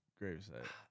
gravesite